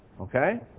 Okay